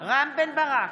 רם בן ברק,